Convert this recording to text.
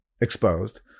exposed